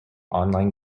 online